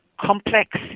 complex